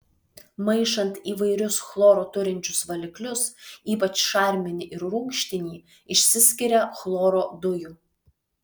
maišant įvairius chloro turinčius valiklius ypač šarminį ir rūgštinį išsiskiria chloro dujų